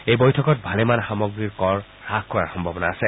এই বৈঠকত ভালেমান সামগ্ৰীৰ কৰ হাস কৰাৰ সম্ভাৱনা আছে